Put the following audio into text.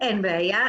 אין בעיה.